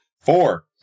Four